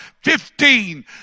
Fifteen